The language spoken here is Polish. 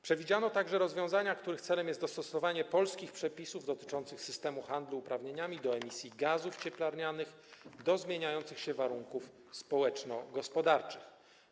Przewidziano także rozwiązania, których celem jest dostosowanie polskich przepisów dotyczących systemu handlu uprawnieniami do emisji gazów cieplarnianych do zmieniających się warunków społeczno-gospodarczych.